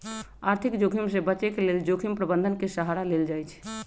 आर्थिक जोखिम से बचे के लेल जोखिम प्रबंधन के सहारा लेल जाइ छइ